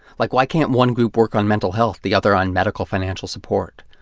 like, why can't one group work on mental health, the other on medical financial support?